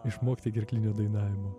išmokti gerklinio dainavimo